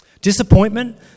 Disappointment